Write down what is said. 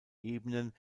ebenen